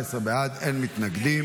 14 בעד, אין מתנגדים.